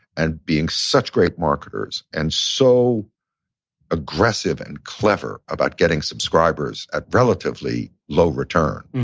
and being such great marketers, and so aggressive and clever about getting subscribers at relatively low return.